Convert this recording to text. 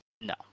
No